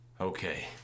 Okay